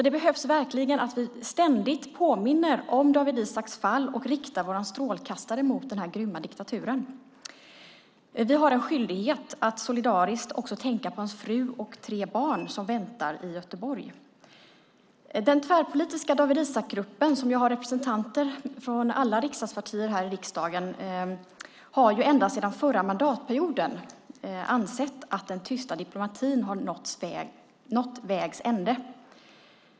Det behövs verkligen att vi ständigt påminner om Dawit Isaaks fall och riktar våra strålkastare mot den grymma diktaturen. Vi har en skyldighet att solidariskt tänka på hans fru och tre barn som väntar i Göteborg. Den tvärpolitiska Dawit Isaak-gruppen, som har representanter för alla riksdagspartier, här i riksdagen har ända sedan förra mandatperioden ansett att den tysta diplomatin har nått vägs ände.